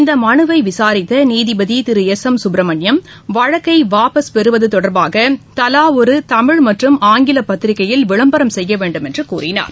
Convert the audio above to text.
இந்த மனுவை விளரித்த நீதிபதி திரு எஸ் எம் சுப்ரமணியம் வழக்கை வாபஸ் பெறுவது தொடர்பாக தலா ஒரு தமிழ் மற்றும் ஆங்கில பத்திரிகையில் விளம்பர செய்ய வேண்டுமென்று கூறினார்